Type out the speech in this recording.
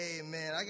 Amen